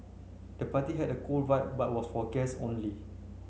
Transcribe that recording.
the party had a cool vibe but was for guess only